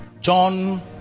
John